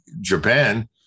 Japan